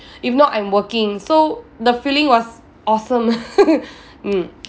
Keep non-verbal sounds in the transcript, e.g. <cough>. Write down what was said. if not I'm working so the feeling was awesome <laughs> mm